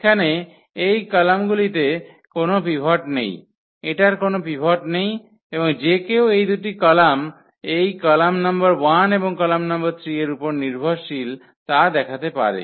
এখানে এই কলামটিগুলিতে কোন পিভট নেই এটার কোন পিভট নেই এবং যে কেউ এই দুটি কলাম এই কলাম নম্বর 1 এবং কলাম নম্বর 3 এর উপর নির্ভরশীল তা দেখাতে পারে